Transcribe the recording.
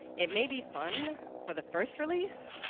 it maybe fun for the first release,